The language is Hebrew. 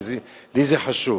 כי לי זה חשוב.